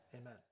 Amen